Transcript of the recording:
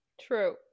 True